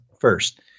first